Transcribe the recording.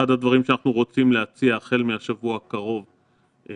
אחד הדברים שאנחנו רוצים להציע החל מהשבוע הקרוב זה